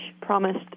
promised